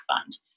fund